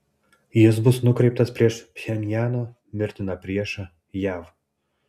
jis bus nukreiptas prieš pchenjano mirtiną priešą jav